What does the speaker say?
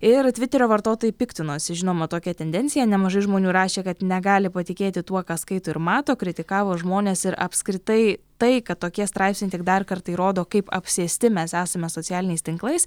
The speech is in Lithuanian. ir tviterio vartotojai piktinosi žinoma tokia tendencija nemažai žmonių rašė kad negali patikėti tuo ką skaito ir mato kritikavo žmones ir apskritai tai kad tokie straipsniai tik dar kartą įrodo kaip apsėsti mes esame socialiniais tinklais